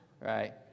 Right